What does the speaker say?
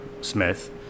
Smith